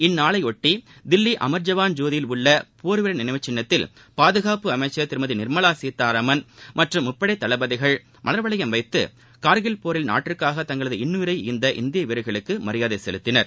இந்நாளைபொட்டி தில்லி அமர்ஜவான் ஜோதியில் உள்ள போர் வீரர் நினைவுச் சின்னத்தில் பாதுகாப்பு அமைச்சர் திருமதி நிர்மவா சீதாராமன் மற்றும் முப்படை தளபதிகள் மலர் வளையம் வைத்து கார்கில் போரில் நாட்டிற்காக தங்களது இன்னுயிரை ஈந்த இந்திய வீரர்களுக்கு மரியாதை செலுத்தினர்